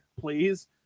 please